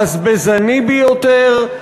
הבזבזני ביותר,